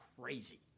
crazy